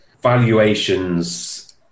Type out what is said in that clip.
Valuations